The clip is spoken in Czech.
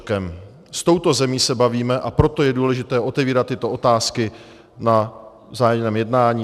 S touto zemí se bavíme, a proto je důležité otevírat tyto otázky na vzájemném jednání.